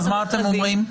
אז מה אתם אומרים?